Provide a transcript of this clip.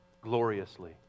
gloriously